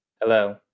Hello